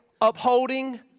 Upholding